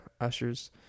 usher's